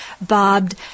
bobbed